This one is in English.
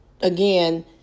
again